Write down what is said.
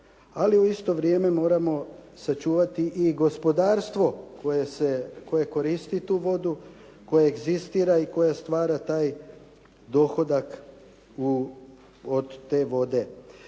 ali u isto vrijeme moramo sačuvati i gospodarstvo koje koristi tu vodu, koje egzistira i koje stvara taj dohodak od te vode.